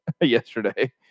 yesterday